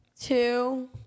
two